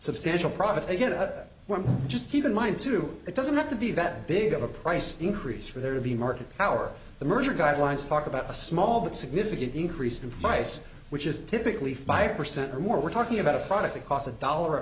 substantial profits they get a one just keep in mind too it doesn't have to be that big of a price increase for there to be market power the merger guidelines talk about a small but significant increase in price which is typically five percent or more we're talking about a product that costs a dollar